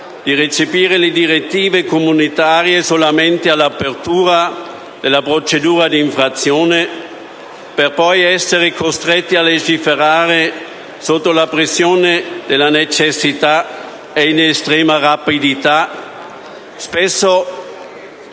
di recepire le direttive comunitarie solamente all'apertura della procedura di infrazione, per poi essere costretti a legiferare sotto la pressione della necessità e con estrema rapidità,